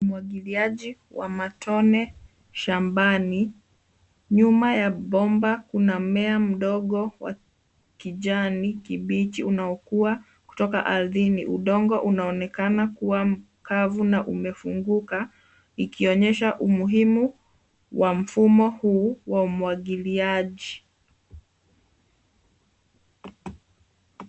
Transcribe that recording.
Umwagiliaji wa matone shambani. Nyuma ya bomba kuna mmea mdogo wa kijani kibichi unaokua kutoka ardhini. Udongo unaonekana kuwa mkavu na umefunguka ikionyesha umuhimu wa mfumo huu wa umwagiliaji.